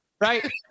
right